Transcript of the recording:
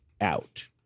out